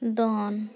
ᱫᱚᱱ